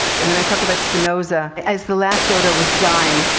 and then i talk about spinoza. as the last dodo was dying,